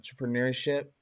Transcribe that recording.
entrepreneurship